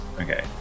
Okay